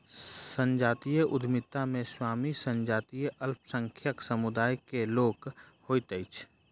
संजातीय उद्यमिता मे स्वामी संजातीय अल्पसंख्यक समुदाय के लोक होइत अछि